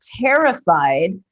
terrified